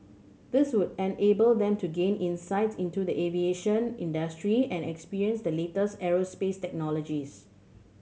this would enable them to gain insights into the aviation industry and experience the latest aerospace technologies